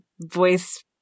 voice